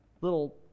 little